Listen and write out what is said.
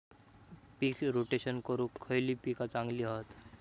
पीक rotation करूक खयली पीका चांगली हत?